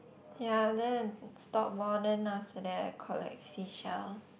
ya then I stop lor then after that I collect seashells